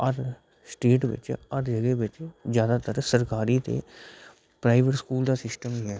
अस स्टेट बिच हर जगह बिच जादातर सरकारी ते प्राईवेट स्कूल दा सिस्टम गै ऐ